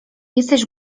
jesteś